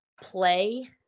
play